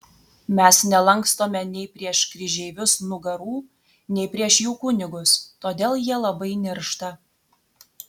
mes nelankstome nei prieš kryžeivius nugarų nei prieš jų kunigus todėl jie labai niršta